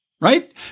right